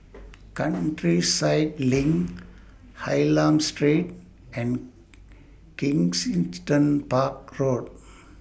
Countryside LINK Hylam Street and Kensington Park Road